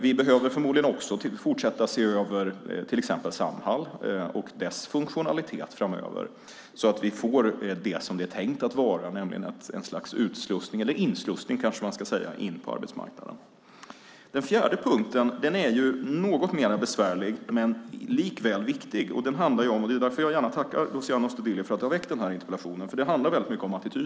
Vi behöver fortsätta att se över till exempel Samhall och dess funktionalitet så att vi får det såsom det är tänkt att vara, ett slags utslussning, eller inslussning kanske man ska säga, in på arbetsmarknaden. Den fjärde punkten är något mer besvärlig men likväl viktig. Den handlar mycket om attityder, och därför tackar jag gärna Luciano Astudillo för att han väckt den här interpellationen.